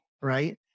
right